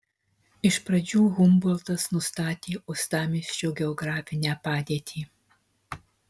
iš pradžių humboltas nustatė uostamiesčio geografinę padėtį